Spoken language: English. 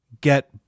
get